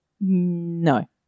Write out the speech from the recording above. No